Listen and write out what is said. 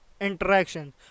interaction